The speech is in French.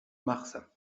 mars